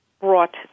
brought